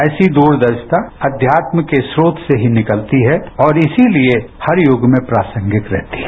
ऐसी दूरदर्शिता अध्यात्म के स्रोत से ही निकलती है और इसीलिए हर यूग में प्रासंगिक रहती है